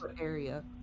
area